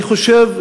אני חושב,